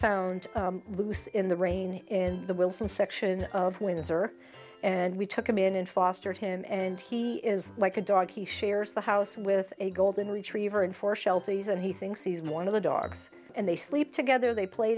found loose in the rain in the wilson section of windsor and we took him in and fostered him and he is like a dog he shares the house with a golden retriever and four shelties and he thinks he's one of the dogs and they sleep together they play